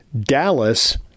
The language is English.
Dallas